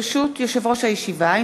ברשות יושב-ראש הישיבה,